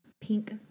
pink